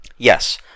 Yes